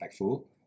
impactful